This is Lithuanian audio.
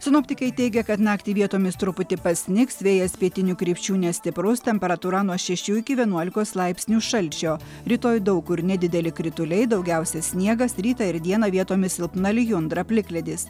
sinoptikai teigia kad naktį vietomis truputį pasnigs vėjas pietinių krypčių nestiprus temperatūra nuo šešių iki vienuolikos laipsnių šalčio rytoj daug kur nedideli krituliai daugiausia sniegas rytą ir dieną vietomis silpna lijundra plikledis